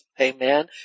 Amen